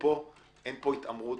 פה אין התעמרות,